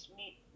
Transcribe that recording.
meet